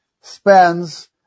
Spends